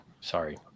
sorry